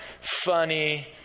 funny